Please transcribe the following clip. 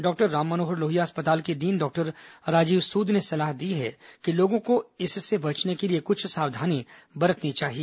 doctor Ram Manohar Lohia अस्पताल के dean doctor Rajiv Sood ने सलाह दी है कि लोगों को इससे बचने के लिए कुछ सावधानी बरतनी चाहिए